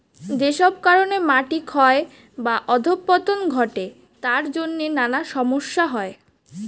যেসব কারণে মাটি ক্ষয় বা অধঃপতন ঘটে তার জন্যে নানা সমস্যা হয়